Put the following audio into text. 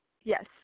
Yes